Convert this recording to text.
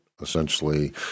essentially